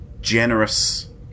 generous